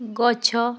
ଗଛ